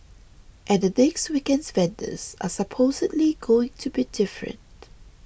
and the next weekend's vendors are supposedly going to be different